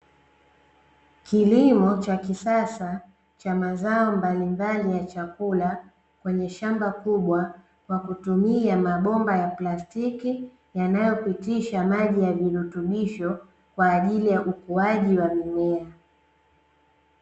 Kilimo cha kisasa cha mazao mbalimbali ya chakula, kwenye shamba kubwa kwa kutumia mabomba ya plastiki yanayopitisha maji ya virutubisho kwa ajili ya ukuaji wa mimea.